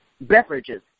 beverages